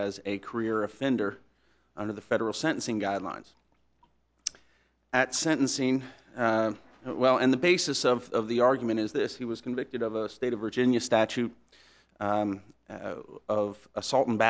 as a career offender under the federal sentencing guidelines at sentencing well and the basis of the argument is this he was convicted of a state of virginia statute of assault and